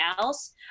else